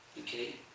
Okay